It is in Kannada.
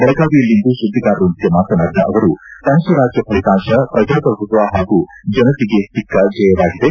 ಬೆಳಗಾವಿಯಲ್ಲಿಂದು ಸುದ್ವಿಗಾರರೊಂದಿಗೆ ಮಾತನಾಡಿದ ಅವರು ಪಂಚರಾಜ್ಯ ಫಲಿತಾಂಶ ಪ್ರಜಾಪ್ರಭುತ್ವ ಹಾಗೂ ಜನತೆಗೆ ಸಿಕ್ಕ ಜಯವಾಗಿದೆ